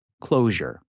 Closure